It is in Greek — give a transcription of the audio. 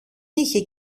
είχε